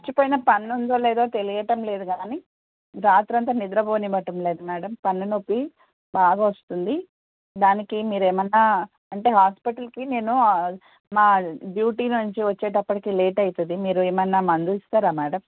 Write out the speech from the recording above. పుచ్చి పోయిన పన్ను ఉందో లేదో తెలియడం లేదు కానీ రాత్రి అంతా నిద్రపోనివడం లేదు మ్యాడమ్ పన్ను నొప్పి బాగా వస్తుంది దానికి మీరు ఏమన్న అంటే హాస్పిటల్కి నేను మా డ్యూటీ నుంచి వచ్చేటప్పటికి లేట్ అవుతుంది మీరు ఏమన్న మందు ఇస్తారా మ్యాడమ్